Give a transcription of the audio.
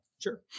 Sure